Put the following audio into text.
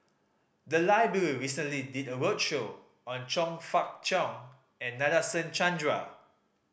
the library recently did a roadshow on Chong Fah Cheong and Nadasen Chandra